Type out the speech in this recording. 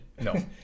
No